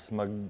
mag